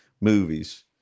movies